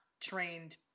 trained